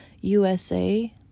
USA